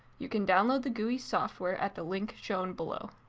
you can download the gui software at the link shown below.